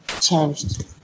changed